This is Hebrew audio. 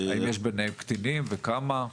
האם יש ביניהם קטינים וכמה?